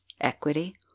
Equity